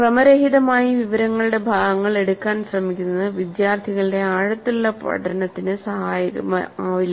ക്രമരഹിതമായി വിവരങ്ങളുടെ ഭാഗങ്ങൾ എടുക്കാൻ ശ്രമിക്കുന്നത് വിദ്യാർത്ഥികളുടെ ആഴത്തിലുള്ള പഠനത്തിന് സഹായകമാവില്ല